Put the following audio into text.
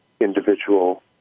individual